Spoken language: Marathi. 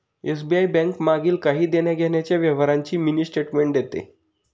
एस.बी.आय बैंक मागील काही देण्याघेण्याच्या व्यवहारांची मिनी स्टेटमेंट देते